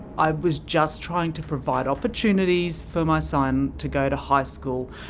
i was just trying to provide opportunities for my son to go to high school.